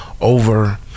over